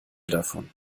davon